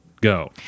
Go